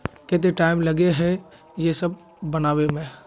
केते टाइम लगे है ये सब बनावे में?